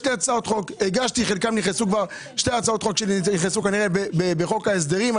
שתי הצעות חוק שלי נכנסו כנראה בחוק ההסדרים.